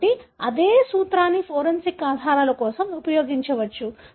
కాబట్టి అదే సూత్రాన్ని ఫోరెన్సిక్ ఆధారాల కోసం ఉపయోగించవచ్చు